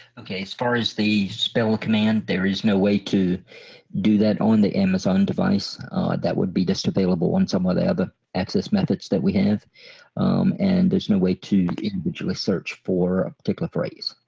okay as far as the spell command there is no way to do that on the amazon device that would be just available on some of the other access methods that we have and there's no way to search for a particular phrase.